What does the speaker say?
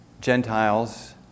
Gentiles